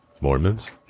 Mormons